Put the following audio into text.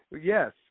yes